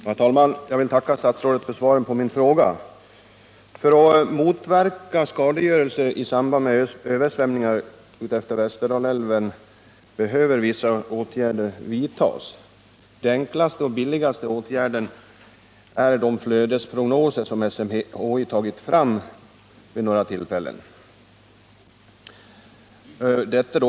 Herr talman! Jag vill tacka statsrådet för svaret på min fråga. För att motverka skadegörelse i samband med översvämningar utefter Västerdalälven behöver vissa åtgärder vidtas. Den enklaste och billigaste åtgärden är de flödesprognoser som SMHI har gjort vid några tillfällen.